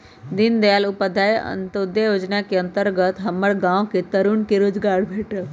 दीनदयाल उपाध्याय अंत्योदय जोजना के अंतर्गत हमर गांव के तरुन के रोजगार भेटल